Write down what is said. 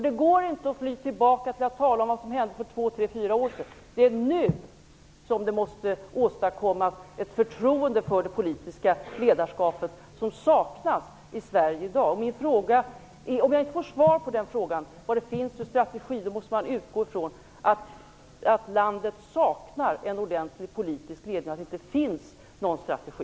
Det går inte att fly undan genom att tala om vad som hände för två tre fyra år sedan. Det är nu som man måste skapa det förtroende för det politiska ledarskapet som i dag saknas i Sverige. Om jag inte får svar på frågan vad det finns för strategi, måste man utgå ifrån att landet saknar en ordentligt politisk ledning och att det inte finns någon strategi.